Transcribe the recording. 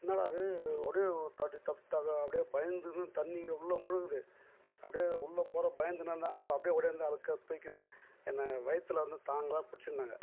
என்னடா அது அப்படியே தொக அப்படியே பயந்துன்னு தண்ணியில் உள்ளே முழுகுது அப்படியே உள்ளே போற பயந்துன்னு இருந்தேன் அப்போ அப்படியே ஓடி வந்து அலக்காக தூக்கின்னு என்னை வயித்தில் வந்து தாங்கி பிடிச்சிருந்தாங்க